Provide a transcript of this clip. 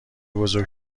بزرگ